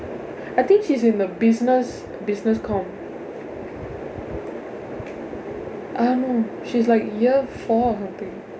I think she's in the business business com I don't know she's like year four or something